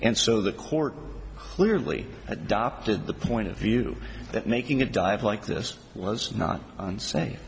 and so the court clearly adopted the point of view that making a dive like this was not on say